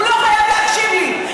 הוא לא חייב להקשיב לי,